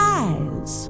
eyes